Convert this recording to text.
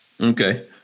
Okay